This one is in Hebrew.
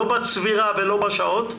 לא בצבירה ולא בשעות.